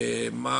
מה